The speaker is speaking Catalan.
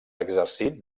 exercit